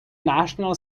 national